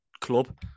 club